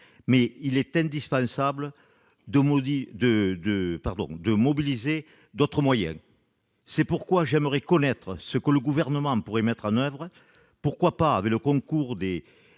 mais il est indispensable de mobiliser d'autres moyens. Il faut conclure. C'est pourquoi j'aimerais savoir ce que le Gouvernement pourrait mettre en oeuvre- pourquoi pas avec le concours des